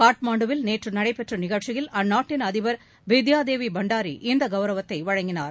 காட்மாண்டுவில் நேற்று நடைபெற்ற நிகழ்ச்சியில் அந்நாட்டின் அதிபர் பித்யாதேவி பண்டாரி இந்த கவுரவத்தை வழங்கினார்